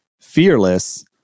fearless